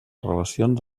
relacions